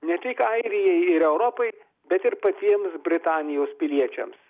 ne tik airijai ir europai bet ir patiems britanijos piliečiams